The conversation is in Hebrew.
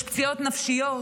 יש פציעות נפשיות.